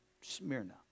Smyrna